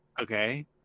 Okay